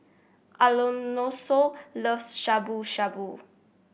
Alonso loves Shabu Shabu